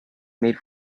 made